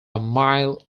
mile